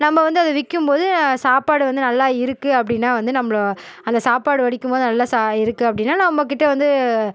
நம்ப வந்து அதை விற்கும்போது சாப்பாடு வந்து நல்லா இருக்கு அப்படின்னா வந்து நம்பளை அந்த சாப்பாடு வடிக்கும்போது நல்லா சா இருக்கு அப்படின்னா நம்பக்கிட்ட வந்து